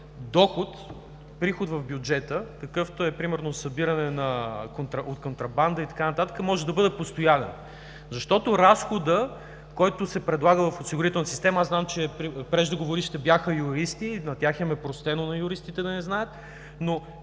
един приход в бюджета, какъвто е примерно събиране от контрабанда и така нататък, може да бъде постоянен, защото разходът, който се предлага в осигурителната система, знам, че преждеговорившите бяха юристи и на тях е простено да не знаят, но